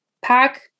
pack